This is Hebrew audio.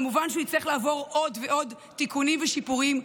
הוא כמובן יצטרך לעבור עוד ועוד תיקונים ושיפורים,